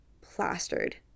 plastered